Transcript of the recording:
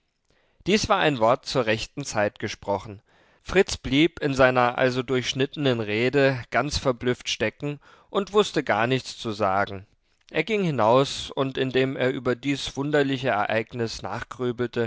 dies war ein wort zur rechten zeit gesprochen fritz blieb in seiner also durchschnittenen rede ganz verblüfft stecken und wußte gar nichts zu sagen er ging hinaus und indem er über dies wunderliche ereignis